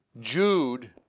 Jude